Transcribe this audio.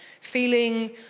feeling